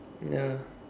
ya